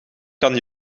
kan